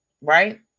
right